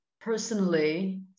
personally